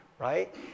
right